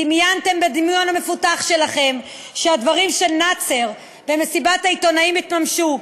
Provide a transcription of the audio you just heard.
דמיינתם בדמיון המפותח שלכם שהדברים של נאצר במסיבת העיתונים יתממשו,